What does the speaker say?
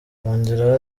yongeraho